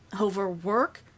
Overwork